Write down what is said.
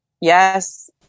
Yes